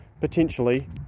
potentially